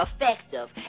effective